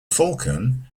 falcon